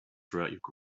throughout